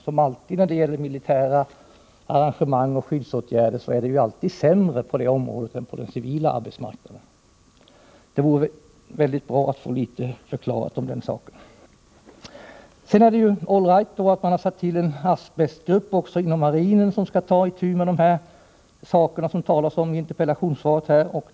Som alltid när det gäller militära arrangemang och skyddsåtgärder blir det säkert sämre än på den civila arbetsmarknaden. Det vore mycket bra att få den saken utklarad. Det är all right att det också inom marinen har tillsatts en arbetsgrupp som skall ta itu med de problem som det talas om i interpellationssvaret.